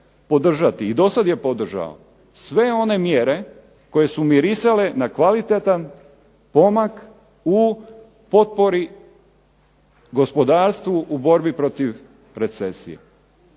i dosad je podržao, sve one mjere koje su mirisale na kvalitetan pomak u potpori gospodarstvu u borbi protiv recesije.